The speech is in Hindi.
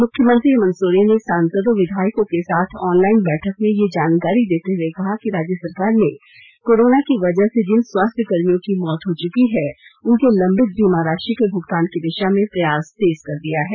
मुख्यमंत्री हेमंत सोरेन ने सांसदों विधायाकों के साथ ऑनलइन बैठक में यह जानकारी देते हुए कहा कि राज्य सरकार ने कोरोना की वजह से जिन स्वास्थ्य कर्मियों की मौत हो चुकी है उनके लंबित बीमा राशि के भुगतान की दिशा में प्रयास तेज कर दिया है